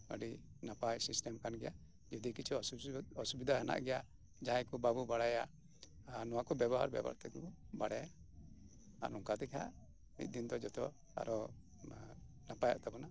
ᱟᱰᱤ ᱱᱟᱯᱟᱭ ᱥᱤᱥᱴᱮᱢ ᱠᱟᱱ ᱜᱮᱭᱟ ᱡᱚᱫᱤ ᱠᱤᱪᱷᱩ ᱚᱥᱵᱤᱫᱟ ᱦᱮᱱᱟᱜ ᱜᱮᱭᱟ ᱡᱟᱦᱟᱸᱭ ᱠᱚ ᱵᱟᱵᱚ ᱵᱟᱲᱟᱭᱟ ᱟᱨ ᱱᱚᱣᱟ ᱠᱚ ᱵᱮᱵᱚᱦᱟᱨ ᱵᱮᱵᱚᱦᱟᱨ ᱛᱮᱜᱮ ᱵᱚ ᱵᱟᱲᱟᱭᱟ ᱟᱨ ᱱᱚᱝᱠᱟ ᱛᱮᱜᱮ ᱢᱤᱫ ᱫᱤᱱ ᱫᱚ ᱡᱚᱛᱚ ᱟᱨᱚ ᱱᱟᱯᱟᱭᱚᱜ ᱛᱟᱵᱚᱱᱟ